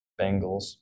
Bengals